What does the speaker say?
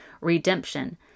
redemption